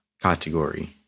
category